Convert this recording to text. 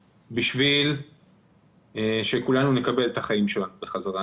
בשביל שכולנו נקבל את החיים שלנו בחזרה.